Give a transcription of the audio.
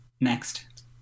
Next